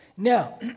Now